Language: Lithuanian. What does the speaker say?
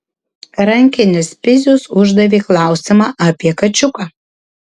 rankinis pizius uždavė klausimą apie kačiuką